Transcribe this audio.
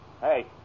Hey